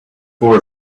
for